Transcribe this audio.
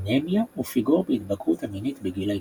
אנמיה ופיגור בהתבגרות המינית בגיל ההתבגרות.